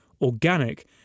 Organic